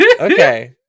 Okay